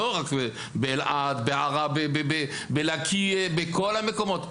באלעד, בעראבה, בלקיה, בכל המקומות.